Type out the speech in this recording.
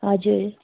हजुर